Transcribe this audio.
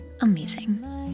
amazing